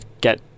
get